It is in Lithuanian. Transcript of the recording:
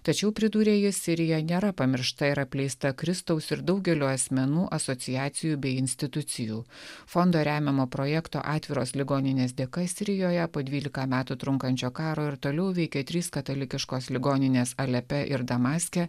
tačiau pridūrė jis sirija nėra pamiršta ir apleista kristaus ir daugelio asmenų asociacijų bei institucijų fondo remiamo projekto atviros ligoninės dėka sirijoje po dvylika metų trunkančio karo ir toliau veikė trys katalikiškos ligoninės alepe ir damaske